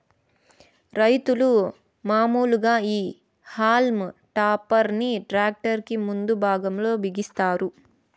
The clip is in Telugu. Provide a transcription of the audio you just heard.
రైతులు మాములుగా ఈ హల్మ్ టాపర్ ని ట్రాక్టర్ కి ముందు భాగం లో బిగిస్తారు